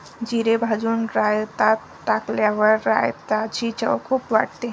जिरे भाजून रायतात टाकल्यावर रायताची चव खूप वाढते